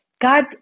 God